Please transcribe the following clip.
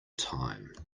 time